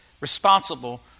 responsible